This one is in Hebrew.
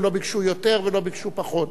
הם לא ביקשו יותר ולא ביקשו פחות.